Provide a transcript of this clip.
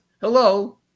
Hello